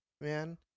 Man